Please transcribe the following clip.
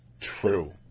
true